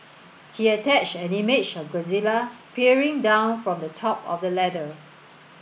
he attached an image of Godzilla peering down from the top of the ladder